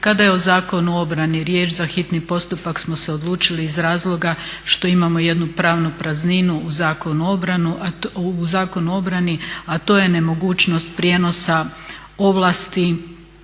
Kada je o Zakonu o obrani riječ za hitni postupak smo se odlučili iz razloga što imamo jednu pravnu prazninu u Zakonu o obrani, a to je nemogućnost prijenosa ovlasti